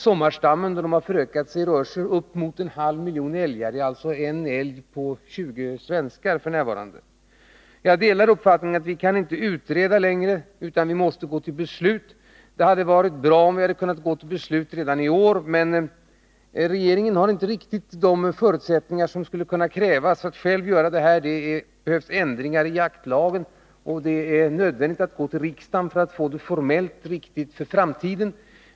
Sommarstammen, när älgarna har förökat sig, uppgår f.n. till uppemot en halv miljon, dvs. en älg på 20 svenskar. Jag delar uppfattningen att vi inte kan utreda längre utan måste gå till beslut. Det hade varit bra om vi hade kunnat gå till beslut redan i år, men regeringen har inte riktigt de förutsättningar som kan krävas för att själv fatta beslut. Det behövs ändringar i jaktlagen, och det är nödvändigt att gå till riksdagen för att få ändringarna formellt riktiga för framtiden.